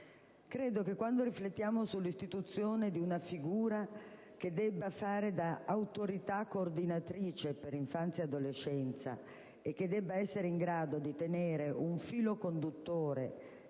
Credo che quando riflettiamo sull'istituzione di una figura che faccia da autorità coordinatrice per l'infanzia e l'adolescenza e che sia in grado di tenere un filo conduttore